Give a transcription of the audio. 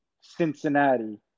Cincinnati